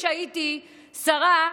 כשהייתי שרה,